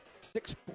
six